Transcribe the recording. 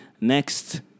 next